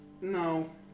No